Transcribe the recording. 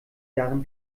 darin